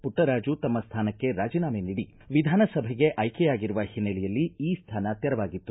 ಪುಟ್ಟರಾಜು ತಮ್ಮ ಸ್ಥಾನಕ್ಕೆ ರಾಜೀನಾಮೆ ನೀಡಿ ವಿಧಾನಸಭೆಗೆ ಆಯ್ಕೆಯಾಗಿರುವ ಹಿನ್ನೆಲೆಯಲ್ಲಿ ಈ ಸ್ಥಾನ ತೆರವಾಗಿದೆ